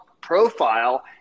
profile